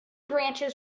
branches